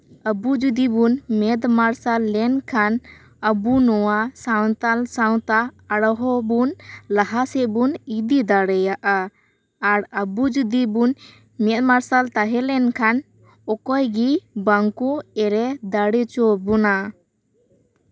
ᱟᱵᱩ ᱡᱩᱫᱤ ᱵᱚᱱ ᱢᱮᱫ ᱢᱟᱨᱥᱟᱞ ᱞᱮᱱᱠᱷᱟᱱ ᱟᱵᱩ ᱱᱚᱣᱟ ᱥᱟᱱᱛᱟᱲ ᱥᱟᱶᱛᱟ ᱟᱨᱦᱚᱸ ᱵᱚᱱ ᱞᱟᱦᱟ ᱥᱮᱫ ᱵᱚᱱ ᱤᱫᱤ ᱫᱟᱲᱮᱭᱟᱜᱼᱟ ᱟᱨ ᱟᱵᱩ ᱡᱩᱫᱤ ᱵᱚᱱ ᱢᱮᱫ ᱢᱟᱨᱥᱟᱞ ᱛᱟᱦᱮᱸ ᱞᱮᱱ ᱠᱷᱟᱱ ᱚᱠᱚᱭ ᱜᱤ ᱵᱟᱝᱠᱚ ᱫᱟᱲᱮ ᱚᱪᱚᱣᱟᱵᱩᱱᱟ